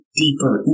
deeper